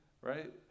right